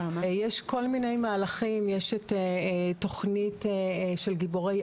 יש כל מיני מהלכים יש תוכנית של גיבורי